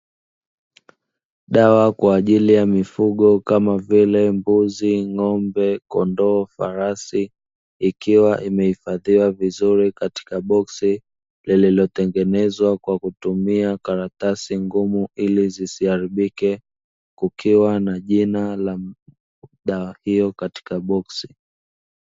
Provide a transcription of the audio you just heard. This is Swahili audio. Dawa kwa ajili ya mifugo kama vile: mbuzi, ng'ombe, kondoo, farasi; ikiwa imehifadhiwa vizuri katika boksi lililotengenezwa kwa kutumia karatasi ngumu ili zisiharibike, kukiwa na jina la dawa hiyo katika boksi.